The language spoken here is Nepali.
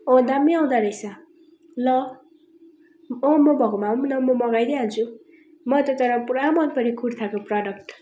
दामी आउँदो रहेछ ल म भएकोमा आऊ न म मगाइदिइ हाल्छु मलाई त तर पुरा मन पऱ्यो कुर्ताको प्रडक्ट